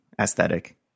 aesthetic